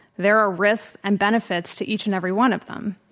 there are risks and benefits to each and every one of them.